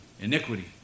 iniquity